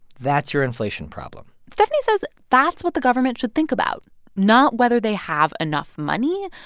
that's your inflation problem stephanie says that's what the government should think about not whether they have enough money,